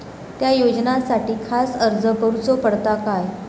त्या योजनासाठी खास अर्ज करूचो पडता काय?